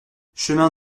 chemin